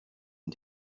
and